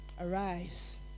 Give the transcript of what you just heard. arise